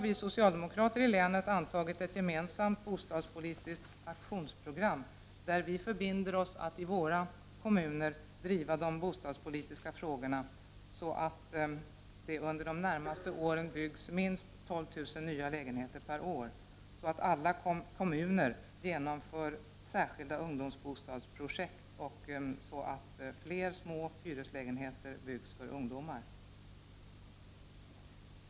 Vi socialdemokrater i Stockholms län har antagit ett gemensamt bostadspolitiskt aktionsprogram i vilket vi förbinder oss att i våra resp. kommuner driva de bostadspolitiska frågorna med målet att det under de närmaste åren byggs minst 12000 nya lägenheter per år, att alla kommuner genomför särskilda ungdomsbostadsprojekt och att fler små hyreslägenheter byggs för ungdomar.